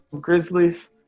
Grizzlies